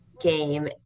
game